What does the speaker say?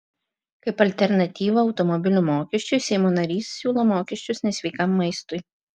kaip alternatyvą automobilių mokesčiui seimo narys siūlo mokesčius nesveikam maistui